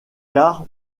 car